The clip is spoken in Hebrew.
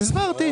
אז הסברתי.